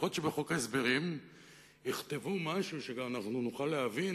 לפחות שבחוק ההסברים יכתבו משהו שגם אנחנו נוכל להבין,